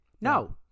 No